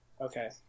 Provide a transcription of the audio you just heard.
Okay